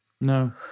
No